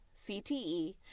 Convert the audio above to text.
CTE